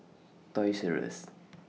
Toys Rus